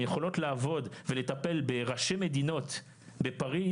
הן יכולות לעבוד ולטפל בראשי מדינות בפריז